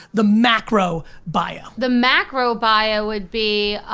the macro bio. the macro bio would be.